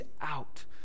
out